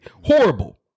Horrible